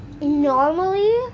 normally